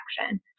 action